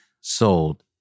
sold